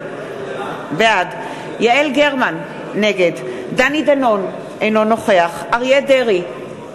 בעד יעל גרמן, נגד דני דנון, אינו נוכח אריה דרעי,